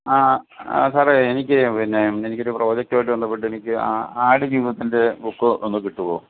ആ സാറേ എനിക്ക് പിന്നെ എനിക്ക് ഒരു പ്രൊജെക്റ്റുവായിട്ട് ബന്ധപ്പെട്ട് എനിക്ക് ആടുജീവിതത്തിന്റെ ബുക്ക് ഒന്ന് കിട്ടുമോ